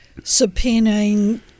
subpoenaing